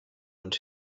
und